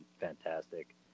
fantastic